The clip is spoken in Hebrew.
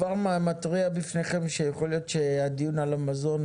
איך אתה משווה את הגודל של אירופה לישראל?